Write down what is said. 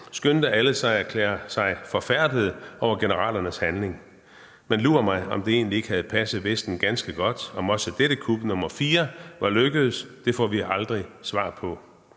skyndte alle sig at erklære sig forfærdede over generalernes handling. Men lur mig, om det egentlig ikke havde passet Vesten ganske godt om også dette kup, nummer fire, var lykkedes. Det får vi aldrig svar på.